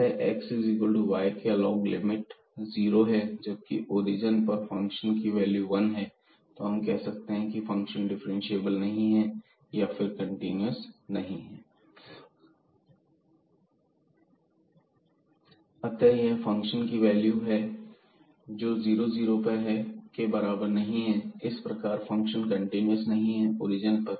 अतः x equal to y के along limit zero है जबकि ओरिजन पर फंक्शन की वैल्यू वन है तो हम कह सकते हैं की फंक्शन डिफ्रेंशिएबल नहीं है या फिर कंटीन्यूअस नहीं है xy→00fxyalongxy0≠f00 अतः यह फंक्शन की वैल्यू जो 00 पर है के बराबर नहीं है इस प्रकार फंक्शन कंटीन्यूअस नहीं है ओरिजन पर